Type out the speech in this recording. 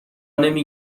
نمی